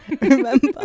remember